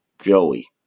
Joey